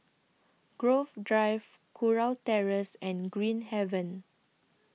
Grove Drive Kurau Terrace and Green Haven